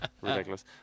Ridiculous